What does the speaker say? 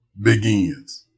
begins